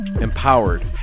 empowered